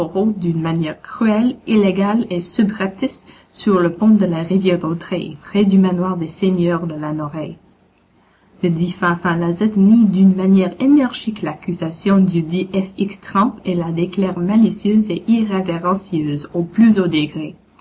d'une manière cruelle illégale et subreptice sur le pont de la rivière dautraye près du manoir des seigneurs de lanoraie le dit fanfan lazette nie d'une manière énergique l'accusation dudit f x trempe et la déclare malicieuse et irrévérencieuse au plus haut degré